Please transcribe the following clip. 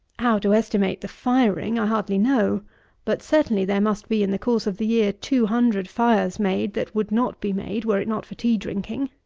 how to estimate the firing i hardly know but certainly there must be in the course of the year, two hundred fires made that would not be made, were it not for tea drinking.